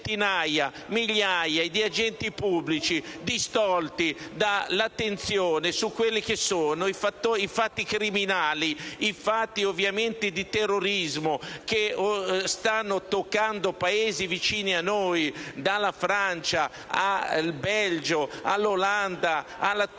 migliaia di agenti pubblici distolti dall'attenzione dei fatti criminali e di terrorismo che stanno toccando Paesi vicini a noi: dalla Francia, al Belgio, all'Olanda, alla Tunisia.